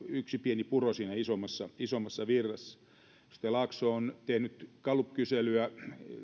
yksi pieni puro siinä isommassa isommassa virrassa edustaja laakso on tehnyt gallup kyselyä